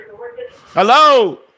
Hello